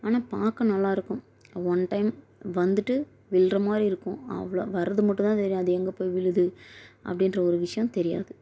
ஆனால் பார்க்க நல்லா இருக்கும் ஒன் டைம் வந்துவிட்டு விழ்ற மாரி இருக்கும் அவ்வளோ வர்றது மட்டும்தான் தெரியும் அது எங்கே போய் விழுது அப்படின்ற ஒரு விஷயம் தெரியாது